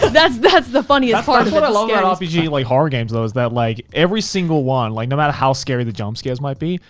but that's that's the funniest. that and what i love about rpg like horror games though is that like every single one like, no matter how scary the jump scares might be,